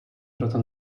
proto